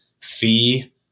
fee